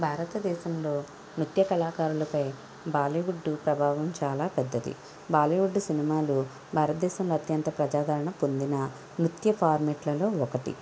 భారతదేశంలో నృత్యకళాకారులపై బాలీవుడ్ ప్రభావం చాలా పెద్దది బాలీవుడ్ సినిమాలు భారతదేశంలో అత్యంత ప్రజాధారణ పొందిన నృత్య ఫార్మ్యాట్లలో ఒకటి